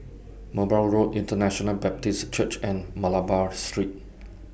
Merbau Road International Baptist Church and Malabar Street